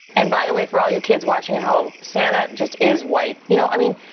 and by the way, for all you kids watching at home, santa just is white, you know. i mean,